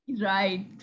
Right